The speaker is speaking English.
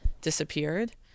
disappeared